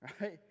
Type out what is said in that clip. right